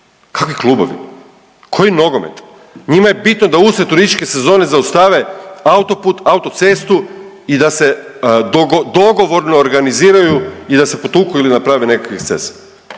kakvi klubovi, koji nogomet, njima je bitno da usred turističke sezone zaustave autoput, autocestu i da se dogovorno organiziranju i da se potuku ili naprave nekakav eksces.